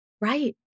right